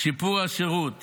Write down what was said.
שיפור השירות